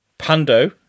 Pando